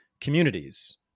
communities